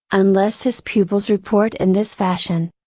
unless his pupils report in this fashion.